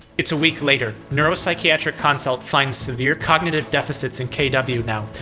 it's a week later, neuropsychiatric consult finds severe cognitive deficits in kw now.